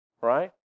Right